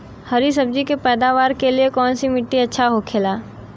हरी सब्जी के पैदावार के लिए कौन सी मिट्टी अच्छा होखेला?